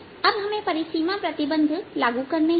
अब हमें परिसीमा प्रतिबंध लागू करने हैं